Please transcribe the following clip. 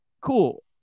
Cool